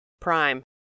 prime